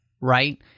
Right